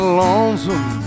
lonesome